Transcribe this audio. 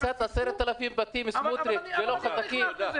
הריסת 10,000 בתים, סמוטריץ', זה לא חזקים?